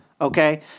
Okay